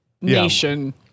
Nation